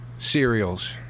Cereals